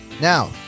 Now